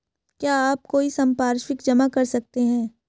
क्या आप कोई संपार्श्विक जमा कर सकते हैं?